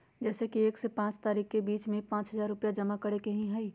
जैसे कि एक से पाँच तारीक के बीज में पाँच हजार रुपया जमा करेके ही हैई?